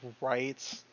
right